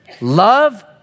Love